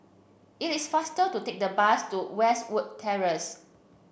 it is faster to take the bus to Westwood Terrace